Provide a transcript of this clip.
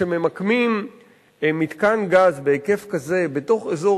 כשממקמים מתקן גז בהיקף כזה בתוך אזור